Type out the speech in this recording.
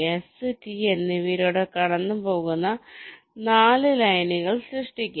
S T എന്നിവയിലൂടെ കടന്നുപോകുന്ന 4 ലൈനുകൾ സൃഷ്ടിക്കുക